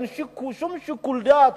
אין שום שיקול דעת,